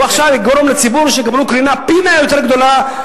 הוא עכשיו יגרום לציבור שיקבלו קרינה יותר גדולה,